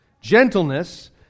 gentleness